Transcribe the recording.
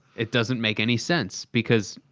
it doesn't make any sense. because,